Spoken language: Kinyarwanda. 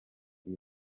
iyo